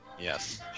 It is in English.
Yes